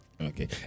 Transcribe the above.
okay